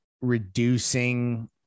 reducing